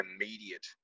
immediate